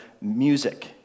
music